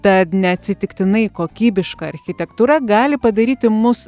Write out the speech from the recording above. tad neatsitiktinai kokybiška architektūra gali padaryti mus